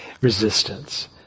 resistance